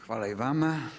Hvala i vama.